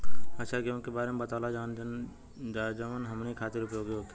अच्छा गेहूँ के बारे में बतावल जाजवन हमनी ख़ातिर उपयोगी होखे?